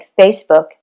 Facebook